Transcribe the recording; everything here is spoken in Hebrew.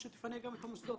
אז שתפנה גם את המוסדות.